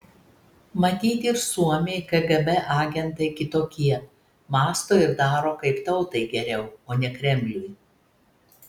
matyt ir suomiai kgb agentai kitokie mąsto ir daro kaip tautai geriau o ne kremliui